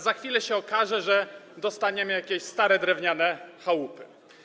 Za chwilę się okaże, że dostaniemy jakieś stare drewniane chałupy.